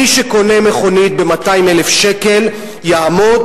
מי שקונה מכונית ב-200,000 שקל יעמוד